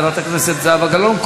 חברת הכנסת זהבה גלאון.